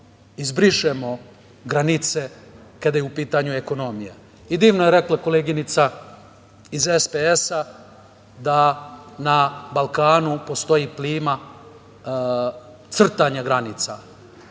izbrišemo granice kada je u pitanju ekonomija. Divno je rekla koleginica iz SPS, da na Balkanu postoji plima crtanja granica.